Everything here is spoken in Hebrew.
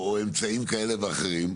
או אמצעים כאלה ואחרים,